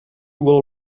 will